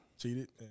cheated